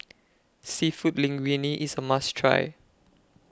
Seafood Linguine IS A must Try